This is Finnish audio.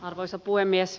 arvoisa puhemies